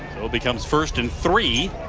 it will become first and three.